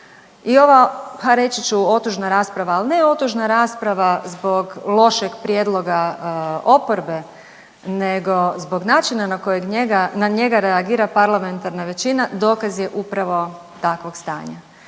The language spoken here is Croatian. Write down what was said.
I ova pa reći ću otužna rasprava ali ne otužna rasprava zbog lošeg prijedloga oporbe, nego zbog načina na kojeg njega reagira parlamentarna većina dokaz je upravo takvog stanja.